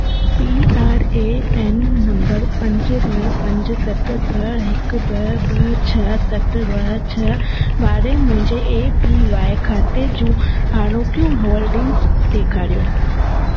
P R A N number पंज ॿ पंज सत ॿ हिकु ॿ ॿ छ्ह सत ॿ छ्ह वारे मुंहिंजे ए पी वाए खाते जूं हाणोकियूं होल्डिंग्स ॾेखारियो